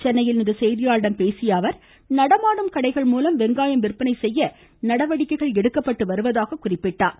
சென்னையில் இன்று செய்தியாளர்களிடம் பேசிய அவர் நடமாடும் கடைகள் மூலம் வெங்காயம் விற்பனை செய்ய நடவடிக்கை எடுக்கப்படும் என்றார்